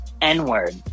n-word